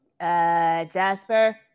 Jasper